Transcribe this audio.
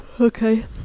Okay